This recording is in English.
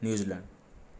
New Zealand